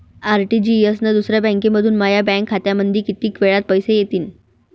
RTGS न दुसऱ्या बँकेमंधून माया बँक खात्यामंधी कितीक वेळातं पैसे येतीनं?